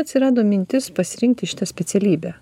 atsirado mintis pasirinkti šitą specialybę